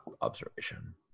Observation